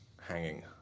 hanging